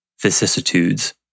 vicissitudes